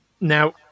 Now